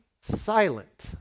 silent